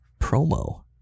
promo